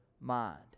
mind